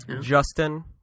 Justin